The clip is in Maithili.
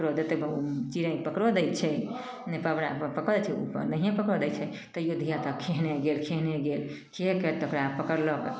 पकड़ऽ देतै चिड़ै पकड़ऽ दै छै नहिए पकड़ऽ दै छै तैओ धिआपुता खेहने गेल खेहने गेल खेहने गेल खेहारिकऽ तब ओकरा पकड़लक